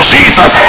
Jesus